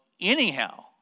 anyhow